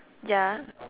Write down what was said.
ya